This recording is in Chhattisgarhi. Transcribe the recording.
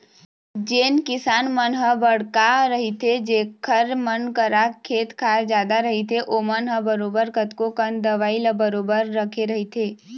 जेन किसान मन ह बड़का रहिथे जेखर मन करा खेत खार जादा रहिथे ओमन ह बरोबर कतको कन दवई ल बरोबर रखे रहिथे